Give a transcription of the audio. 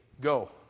Go